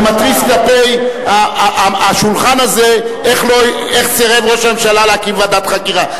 ומתריס כלפי השולחן הזה איך סירב ראש הממשלה להקים ועדת חקירה.